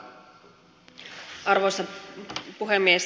arvoisa puhemies